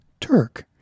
Turk